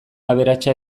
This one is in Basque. aberatsa